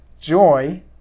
joy